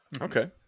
okay